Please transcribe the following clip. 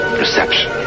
perception